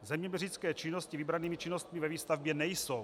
Zeměměřické činnosti vybranými činnostmi ve výstavbě nejsou.